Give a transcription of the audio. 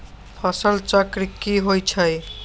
फसल चक्र की होइ छई?